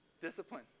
Discipline